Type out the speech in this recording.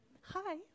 Hi